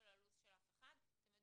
אתם לא כפופים לזמן וללו"ז של אף אחד,